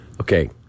okay